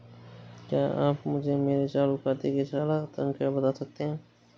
क्या आप मुझे मेरे चालू खाते की खाता संख्या बता सकते हैं?